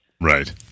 Right